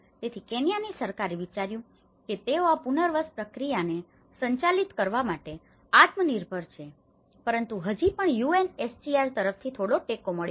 તેથી કેન્યાની સરકારે વિચાર્યું છે કે તેઓ આ પુનર્વસન પ્રક્રિયાને સંચાલિત કરવા માટે આત્મનિર્ભર છે પરંતુ હજી પણ યુએનએચસીઆર તરફથી થોડો ટેકો મળ્યો છે